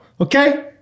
Okay